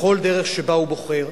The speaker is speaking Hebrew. בכל דרך שבה הוא בוחר.